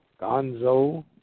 Gonzo